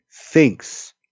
thinks